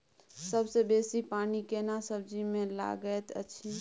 सबसे बेसी पानी केना सब्जी मे लागैत अछि?